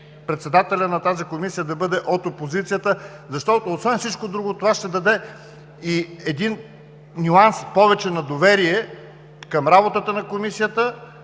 председателят на тази комисия да бъде от опозицията. Защото, освен всичко друго, това ще даде и един нюанс повече на доверие към работата на Комисията,